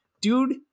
Dude